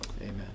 Amen